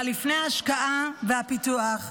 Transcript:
אבל לפני ההשקעה והפיתוח,